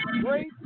great